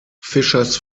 fischers